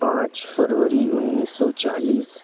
पाँच फरवरी उन्नीस सौ चालीस